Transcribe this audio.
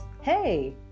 Hey